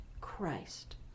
Christ